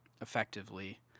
effectively